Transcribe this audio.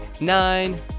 nine